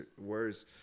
worse